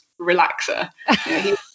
relaxer